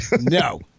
No